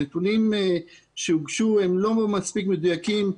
הנתונים שהוגשו הם לא מספיק מדויקים.